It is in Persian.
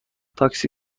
تاکسی